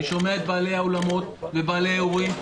אני שומע את בעלי האולמות ובעלי האירועים,